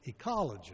ecologist